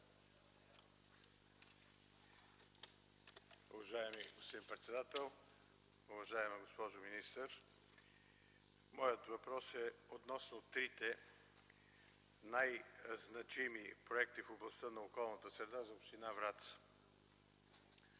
Уважаеми господин председател, уважаема госпожо министър! Моят въпрос е относно трите най-значими проекта в областта на околната среда за община Враца.